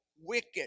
wicked